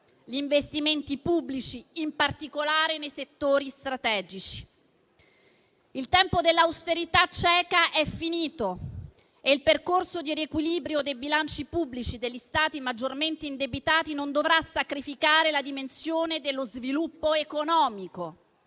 gli investimenti pubblici, in particolare nei settori strategici. Il tempo dell'austerità cieca è finito e il percorso di riequilibrio dei bilanci pubblici degli Stati maggiormente indebitati non dovrà sacrificare la dimensione dello sviluppo economico,